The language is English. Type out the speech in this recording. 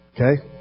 Okay